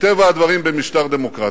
מטבע הדברים במשטר דמוקרטי,